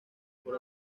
por